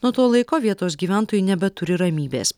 nuo to laiko vietos gyventojai nebeturi ramybės